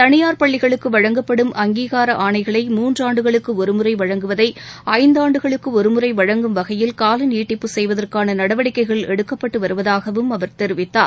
தனியார் பள்ளிகளுக்கு வழங்கப்படும் அங்கீகார ஆணைகளை மூன்றாண்டுகளுக்கு ஒருமுறை வழங்குவதை ஐந்தாண்டுகளுக்கு ஒருமுறை வழங்கும் வகையில் கால நீடிப்பு செய்வதற்கான நடவடிக்கைகள் எடுக்கப்பட்டு வருவதாகவும் அவர் தெரிவித்தார்